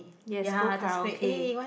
yes go karaoke